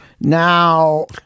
now